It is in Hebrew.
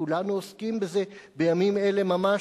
כולנו עוסקים בזה בימים אלה ממש,